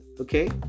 Okay